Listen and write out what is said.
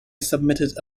submitted